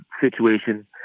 situation